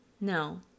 No